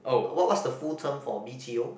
what what's the full term for B_T_O